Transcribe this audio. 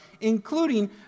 including